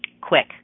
quick